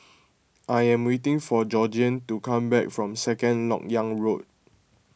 I am waiting for Georgiann to come back from Second Lok Yang Road